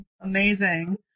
Amazing